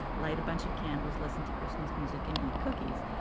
light a bunch of candles, listen to christmas music, and eat cookies.